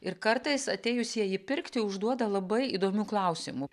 ir kartais atėjusieji pirkti užduoda labai įdomių klausimų